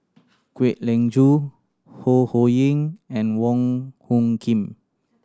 Kwek Leng Joo Ho Ho Ying and Wong Hung Khim